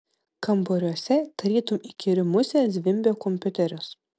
kambariuose tarytum įkyri musė zvimbė kompiuteris